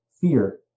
fear